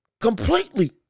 completely